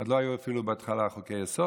עוד לא היו אפילו בהתחלה חוקי-יסוד,